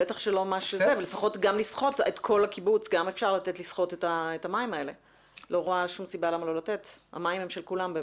המים הם של כולם.